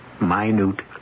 minute